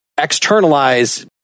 externalize